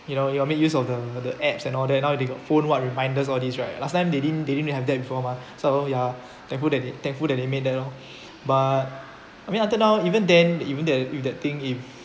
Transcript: you know you will make use of the the apps and all that you know they got phone what reminders all these right last time they didn't they didn't have that before mah so ya thankful that they thankful that they made that lor but I mean until now even then even that if that thing if